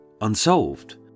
unsolved